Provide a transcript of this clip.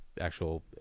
actual